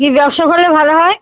কী ব্যবসা করলে ভালো হয়